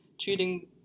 treating